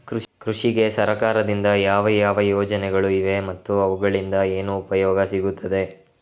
ಕೃಷಿಗೆ ಸರಕಾರದಿಂದ ಯಾವ ಯಾವ ಯೋಜನೆಗಳು ಇವೆ ಮತ್ತು ಅವುಗಳಿಂದ ಏನು ಉಪಯೋಗ ಸಿಗುತ್ತದೆ?